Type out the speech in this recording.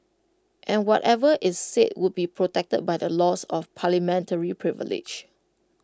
and whatever is said would be protected by the laws of parliamentary privilege